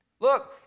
Look